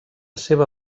seva